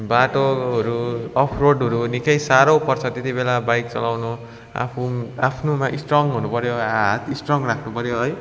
बाटोहरू अफ रोडहरू निकै साह्रो पर्छ त्यति बेला बाइक चलउनु आफू आफ्नोमा स्ट्रङ हुनु पऱ्यो हात स्ट्रङ राख्नु पऱ्यो है